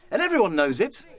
and everyone knows it!